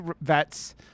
vets